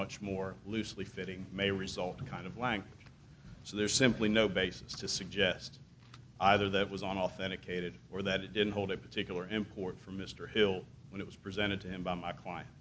much more loosely fitting may result kind of language so there's simply no basis to suggest either that was on authenticated or that it didn't hold a particular import for mr hill when it was presented to him by my